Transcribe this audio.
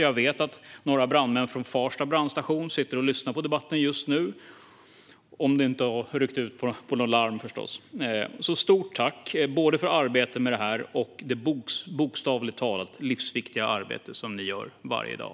Jag vet att några brandmän från Farsta brandstation sitter och lyssnar på debatten just nu - om de inte har ryckt ut på något larm, förstås. Stort tack både för arbetet med detta och för det bokstavligt talat livsviktiga arbete ni gör varje dag!